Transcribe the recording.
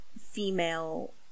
female